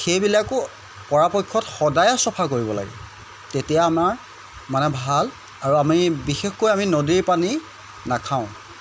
সেইবিলাকো পৰাপক্ষত সদায়ে চফা কৰিব লাগে তেতিয়া আমাৰ মানে ভাল আৰু আমি বিশেষকৈ আমি নদীৰ পানী নাখাওঁ